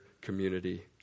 community